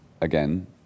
again